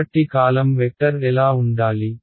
కాబట్టి column vector ఎలా ఉండాలి